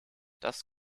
das